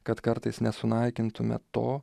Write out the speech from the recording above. kad kartais nesunaikintume to